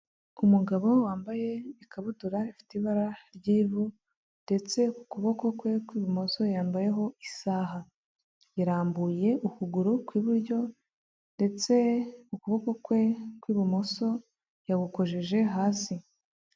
Umugabo wambaye ikabutura ifite ibara ry'ivu ndetse ku kuboko kwe kw'ibumoso yambayeho isaha, yarambuye ukuguru kw'iburyo ndetse ukuboko kwe kw'ibumoso yagukojeje hasi.